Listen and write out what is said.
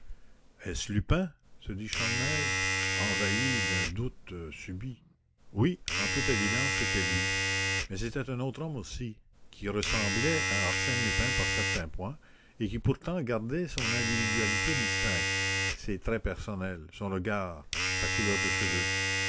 en toute évidence mais c'était un autre homme aussi qui ressemblait à arsène lupin par certains points et qui pourtant gardait son individualité distincte ses traits personnels son regard sa couleur de cheveux